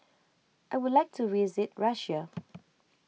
I would like to visit Russia